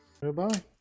Goodbye